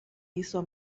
hizo